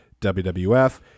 WWF